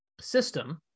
system